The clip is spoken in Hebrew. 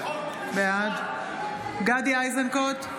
בעד גדי איזנקוט,